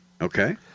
Okay